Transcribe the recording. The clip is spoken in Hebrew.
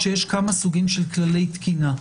סוגי כללי תקינה.